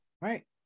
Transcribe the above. right